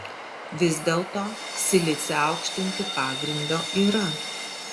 vis dėlto silicį aukštinti pagrindo yra